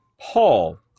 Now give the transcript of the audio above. Paul